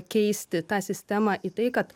keisti tą sistemą į tai kad